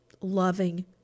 loving